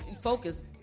focus